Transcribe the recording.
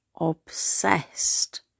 obsessed